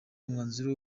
umwanzuro